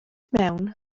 mewn